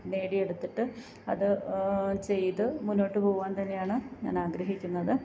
നേടിയെടുത്തിട്ട് അത് ചെയ്ത് മുന്നോട്ട് പോകുവാന് തന്നെയാണ് ഞാനാഗ്രഹിക്കുന്നത്